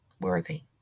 worthy